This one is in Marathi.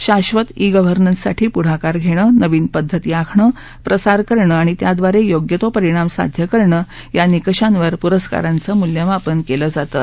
शाबत ई गव्हर्नन्स साठी पुढाकार घेणं नवीन पद्धती आखणं प्रसार करणं आणि त्याद्वारे योग्य तो परिणाम साध्य करणं या निकषांवर पुरस्कारांचं मुल्यमापन केलं जातं